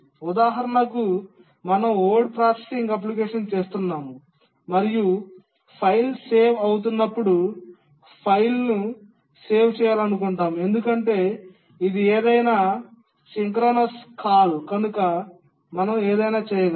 ఉదాహరణకు మేము word processing application చేస్తున్నాము మరియు ఫైల్ సేవ్ అవుతున్నప్పుడు ఫైల్ను సేవ్ చేయాలనుకుంటున్నాము ఎందుకంటే ఇది ఏదైనా సమకాలీన కాల్ కనుక మనం ఏదైనా చేయగలం